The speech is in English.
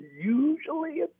usually